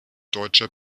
deutscher